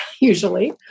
usually